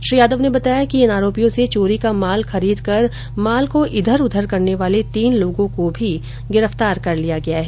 श्री यादव ने बताया कि इन आरोपियों से चोरी का माल खरीदकर माल को इधर उधर करने वाले तीन लोगों को भी गिरफ्तार कर लिया गया है